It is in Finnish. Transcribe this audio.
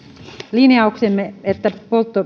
linjauksemme että